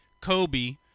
Kobe